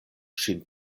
ŝin